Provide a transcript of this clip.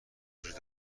وجود